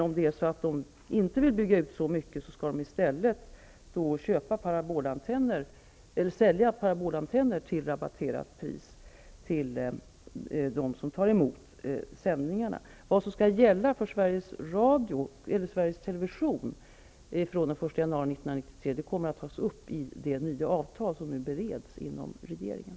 Om man inte vill bygga ut så mycket, skall man i stället sälja parabolantenner till rabatterat pris till dem som tar emot sändningarna. Vad som skall gälla för Sveriges Television från den 1 januari 1993 kommer att tas upp i det nya avtal som nu bereds inom regeringen.